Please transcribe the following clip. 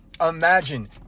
Imagine